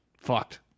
Fucked